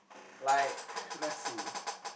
like let's see